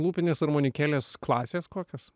lūpinės armonikėlės klasės kokios